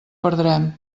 perdrem